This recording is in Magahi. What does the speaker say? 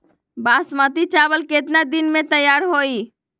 बासमती चावल केतना दिन में तयार होई?